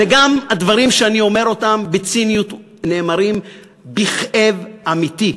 גם הדברים שאני אומר בציניות נאמרים בכאב אמיתי,